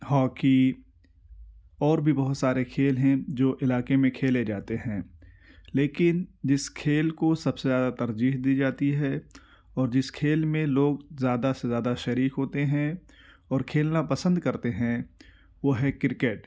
hockey اور بھی بہت سارے کھیل ہیں جو علاقے میں کھیلے جاتے ہیں لیکن جس کھیل کو سب سے زیادہ ترجیح دی جاتی ہے اور جس کھیل میں لوگ زیادہ سے زیادہ شریک ہوتے ہیں اور کھیلنا پسند کرتے ہیں وہ ہے کرکٹ